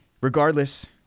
regardless